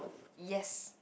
yes